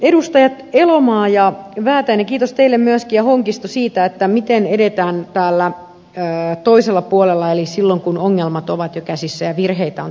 edustajat elomaa ja väätäinen kiitos teille myöskin ja hongistolle siitä kysymyksestä miten edetään toisella puolella eli silloin kun ongelmat ovat jo käsissä ja virheitä on tapahtunut